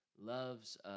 loves